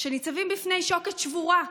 שניצבות בפני שוקת שבורה,